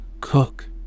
cook